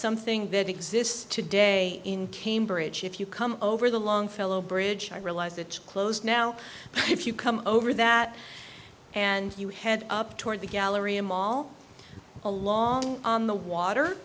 something that exists today in cambridge if you come over the long fellow bridge i realize it's close now if you come over that and you head up toward the gallery i'm all along on the water